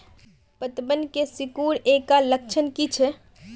पतबन के सिकुड़ ऐ का लक्षण कीछै?